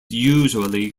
usually